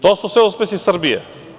To su sve uspesi Srbije.